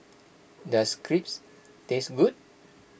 does Crepes taste good